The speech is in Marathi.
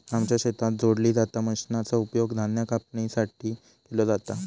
आमच्या शेतात जोडली जाता मशीनचा उपयोग धान्य कापणीसाठी केलो जाता